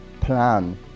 plan